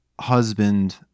husband